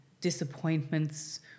disappointments